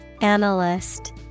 Analyst